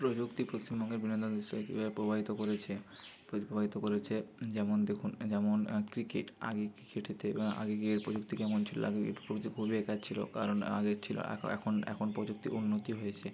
প্রযুক্তি পশ্চিমবঙ্গের বিনোদন দৃশ্যকে কীভাবে প্রভাবিত করেছে প্রভাবিত করেছে যেমন দেখুন যেমন ক্রিকেট আগে ক্রিকেটেতে আগে গিয়ে এর প্রযুক্তি কেমন ছিল আগে এর প্রযুক্তি খুবই একাদ ছিল কারণ আগে ছিল এখন এখন প্রযুক্তির উন্নতি হয়েছে